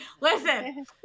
listen